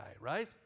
right